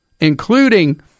including